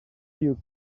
you